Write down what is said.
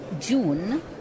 June